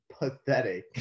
pathetic